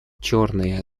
черные